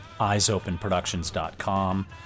eyesopenproductions.com